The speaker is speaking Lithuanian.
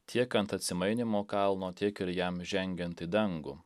tiek ant atsimainymo kalno tiek ir jam žengiant į dangų